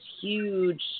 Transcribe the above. huge